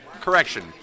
correction